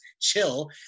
chill